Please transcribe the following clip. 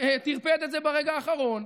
טרפד את זה ברגע האחרון.